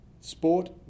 Sport